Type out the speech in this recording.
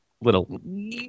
Little